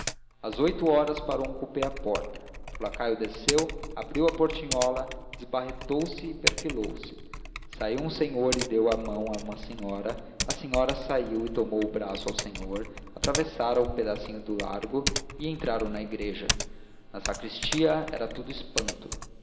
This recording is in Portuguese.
às oito horas parou um coupé à porta o lacaio desceu abriu a portinhola desbarretou se e perfilou se saiu um senhor e deu a mão a uma senhora a senhora saiu e tomou o braço ao senhor atravessaram o pedacinho de largo e entraram na igreja na sacristia era tudo espanto